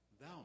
thou